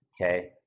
okay